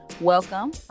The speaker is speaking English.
welcome